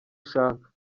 ushaka